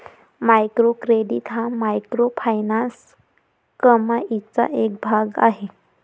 micro credit हा microfinance कमाईचा एक भाग आहे